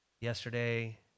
yesterday